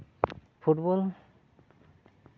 football